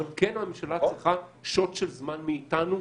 אבל, כן הממשלה צריכה שוט של זמן מאיתנו.